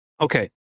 Okay